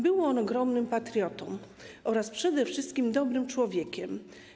Był on ogromnym patriotą oraz przede wszystkim dobrym człowiekiem.